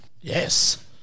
Yes